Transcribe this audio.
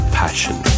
passion